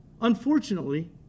unfortunately